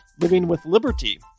livingwithliberty